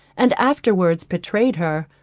and afterwards betrayed her,